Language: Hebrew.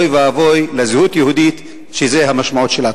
אוי ואבוי לזהות יהודית שזו המשמעות שלה.